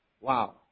Wow